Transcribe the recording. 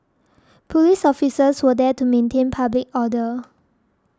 police officers were there to maintain public order